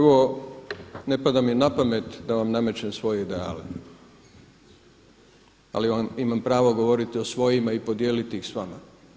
Prvo, ne pada mi na pamet da vam namećem svoje ideale, ali vam imam pravo govoriti o svojima i podijeliti ih s vama.